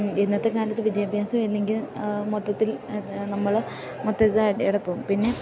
ഇന്നത്തെ കാലത്ത് വിദ്യാഭ്യാസം ഇല്ലെങ്കിൽ മൊത്തത്തിൽ നമ്മള് മൊത്തം ഇതായി പോകും പിന്നെ